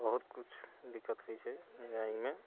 बहुत किछु दिक्कत होइत छै जायमे